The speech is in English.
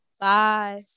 Bye